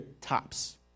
tops